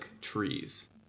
trees